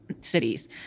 cities